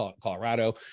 Colorado